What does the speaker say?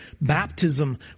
baptism